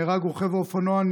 נהרג רוכב אופנוע,